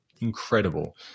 incredible